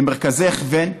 למרכזי הכוון,